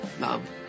love